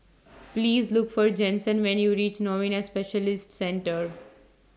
Please Look For Jensen when YOU REACH Novena Specialist Centre